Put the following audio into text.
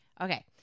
Okay